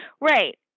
Right